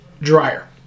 dryer